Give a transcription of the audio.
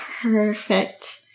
perfect